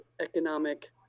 economic